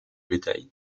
bétail